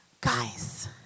Guys